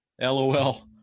LOL